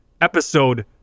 episode